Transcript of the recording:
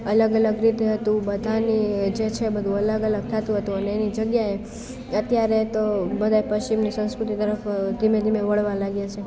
અલગ અલગ રીતે હતું બધાની જે છે બધું અલગ અલગ થતું હતું અને એની જગ્યાએ અત્યારે તો બધાય પશ્ચિમની સંસ્કૃતિ તરફ ધીમે ધીમે વળવા લાગ્યા છે